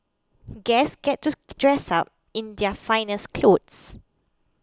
guests get to dress up in their finest clothes